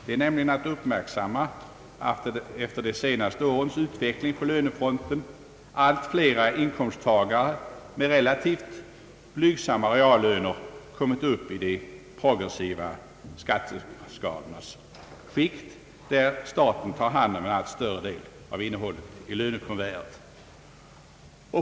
Det är nämligen att uppmärksamma, att efter de senaste årens utveckling på lönefronten allt fler inkomsttagare med relativt blygsamma reallöner kommit upp i de progressiva skatteskalornas skikt, där staten tar hand om en allt större del av innehållet i lönekuvertet.